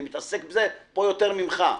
אני מתעסק בזה פה יותר ממך,